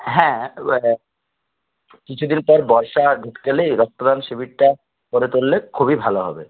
হ্যাঁ কিছুদিন পর বর্ষা ঢুকে গেলেই রক্তদান শিবিরটা করে তুললে খুবই ভালো হবে